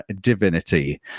Divinity